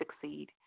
succeed